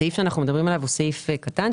הסעיף שאנחנו מדברים עליו הוא סעיף קטן,